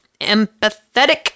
empathetic